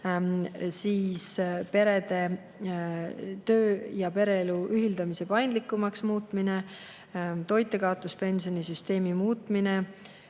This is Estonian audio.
perede töö- ja pereelu ühildamise paindlikumaks muutmine, toitjakaotuspensioni süsteemi muutmine,